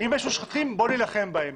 אם יש מושחתים בואו נילחם בהם,